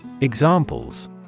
Examples